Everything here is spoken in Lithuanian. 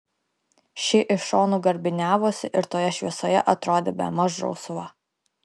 ši iš šonų garbiniavosi ir toje šviesoje atrodė bemaž rausva